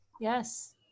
Yes